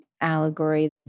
allegory